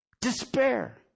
despair